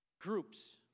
Groups